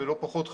לא פחות חשוב,